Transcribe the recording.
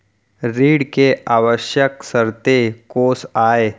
ऋण के आवश्यक शर्तें कोस आय?